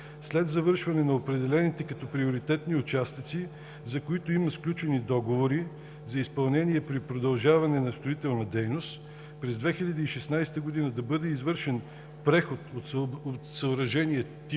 след завършване на определените като приоритетни участъци, за които има сключени договори за изпълнение при продължаване на строителна дейност, през 2016 г., да бъде извършен преход от съоръжение тип